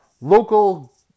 local